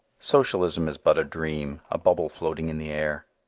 socialism is but a dream, a bubble floating in the air.